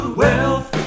wealth